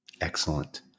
Excellent